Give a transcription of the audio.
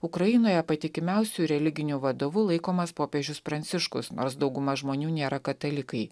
ukrainoje patikimiausiu religiniu vadovu laikomas popiežius pranciškus nors dauguma žmonių nėra katalikai